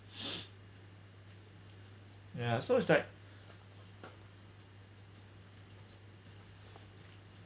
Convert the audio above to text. yeah so it's like